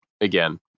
again